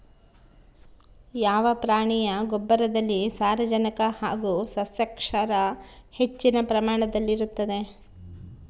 ಯಾವ ಪ್ರಾಣಿಯ ಗೊಬ್ಬರದಲ್ಲಿ ಸಾರಜನಕ ಹಾಗೂ ಸಸ್ಯಕ್ಷಾರ ಹೆಚ್ಚಿನ ಪ್ರಮಾಣದಲ್ಲಿರುತ್ತದೆ?